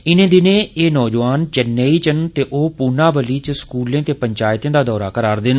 इनें दिनें एह् युवा चेन्नेई च न ते ओह् पुनावली च स्कूलें ते पंचायतें दा दौरा ला'रदे न